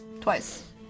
twice